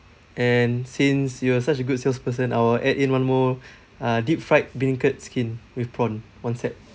and since you are such a good salesperson I'll add in one more uh deep fried bean curd skin with prawn one set